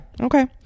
okay